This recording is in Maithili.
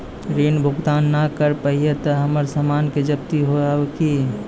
ऋण भुगतान ना करऽ पहिए तह हमर समान के जब्ती होता हाव हई का?